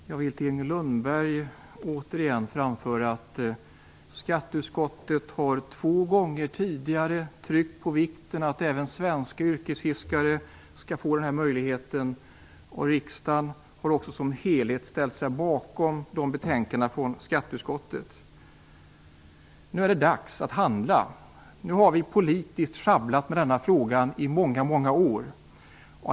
Fru talman! Jag vill till Inger Lundberg återigen framföra att skatteutskottet två gånger tidigare har tryckt på vikten av att även svenska yrkesfiskare skall få denna möjlighet. Riksdagen som helhet har också ställt sig bakom betänkandena från skatteutskottet. Nu är det dags att handla. Nu har vi politiskt schabblat med denna fråga i många, många år.